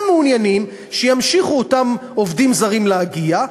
הם מעוניינים שימשיכו אותם עובדים זרים להגיע,